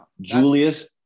Julius